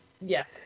Yes